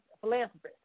philanthropist